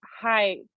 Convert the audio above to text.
Hi